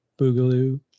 Boogaloo